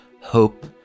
hope